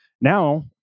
now